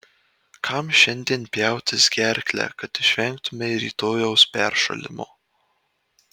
kam šiandien pjautis gerklę kad išvengtumei rytojaus peršalimo